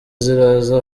ziraza